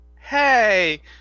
hey